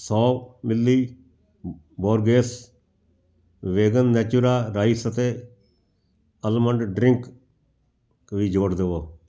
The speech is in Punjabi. ਸੌ ਮਿਲੀ ਬੋਰਗੇਸ ਵੇਗਨ ਨੈਚੁਰਾ ਰਾਈਸ ਅਤੇ ਅਲਮੰਡ ਡਰਿੰਕ ਵੀ ਜੋੜ ਦੇਵੋ